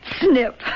snip